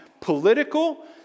political